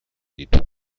ditugu